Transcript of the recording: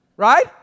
Right